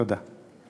תודה.